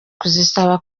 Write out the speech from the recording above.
kuzisaba